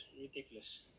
ridiculous